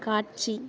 காட்சி